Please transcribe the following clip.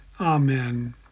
Amen